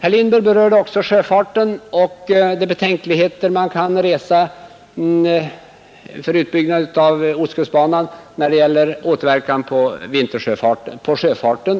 Herr Lindberg berörde också sjöfarten och de betänkligheter man måste hysa mot en utbyggnad av ostkustbanan med tanke på återverkan på sjöfarten.